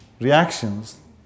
reactions